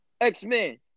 X-Men